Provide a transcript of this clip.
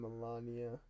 Melania